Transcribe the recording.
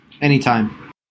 anytime